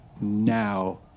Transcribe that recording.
now